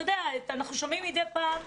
אנחנו שומעים מדי פעם,